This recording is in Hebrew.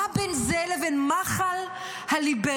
מה בין זה לבין מחל הליברלית,